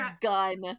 gun